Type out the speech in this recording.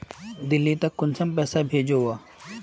दिल्ली त कुंसम पैसा भेज ओवर?